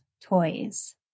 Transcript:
toys